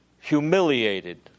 humiliated